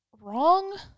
wrong